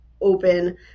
open